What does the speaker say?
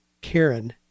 Karen